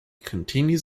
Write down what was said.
continues